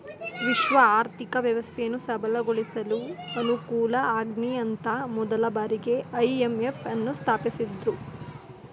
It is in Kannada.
ವಿಶ್ವ ಆರ್ಥಿಕ ವ್ಯವಸ್ಥೆಯನ್ನು ಸಬಲಗೊಳಿಸಲು ಅನುಕೂಲಆಗ್ಲಿಅಂತ ಮೊದಲ ಬಾರಿಗೆ ಐ.ಎಂ.ಎಫ್ ನ್ನು ಸ್ಥಾಪಿಸಿದ್ದ್ರು